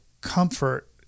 comfort